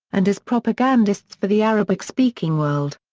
and as propagandists for the arabic-speaking world.